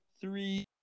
three